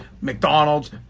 McDonald's